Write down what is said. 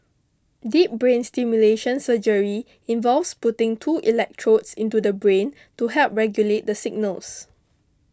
deep brain stimulation surgery involves putting two electrodes into the brain to help regulate the signals